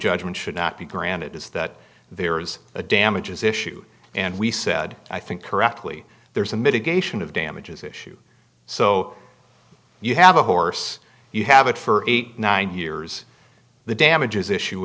judgment should not be granted is that there is a damages issue and we said i think correctly there is a mitigation of damages issue so you have a horse you have it for eighty nine years the damages issue